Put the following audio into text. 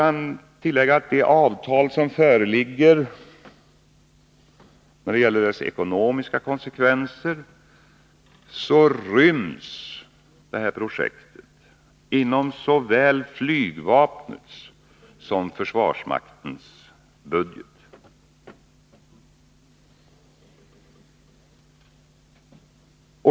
Beträffande de avtal som föreligger när det gäller projektets ekonomiska konsekvenser vill jag tillägga att projektet ryms inom såväl flygvapnets som försvarsmaktens budget.